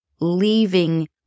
leaving